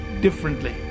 differently